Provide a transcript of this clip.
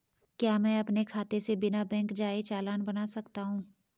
क्या मैं अपने खाते से बिना बैंक जाए चालान बना सकता हूँ?